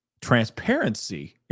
Transparency